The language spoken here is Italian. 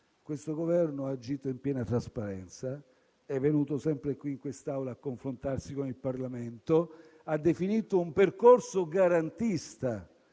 questo Governo ha agito in piena trasparenza; è venuto sempre in quest'Aula a confrontarsi con il Parlamento; ha definito un percorso garantista